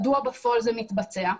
מדוע בפועל זה מתבצע?